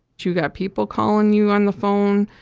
you got people calling you on the phone.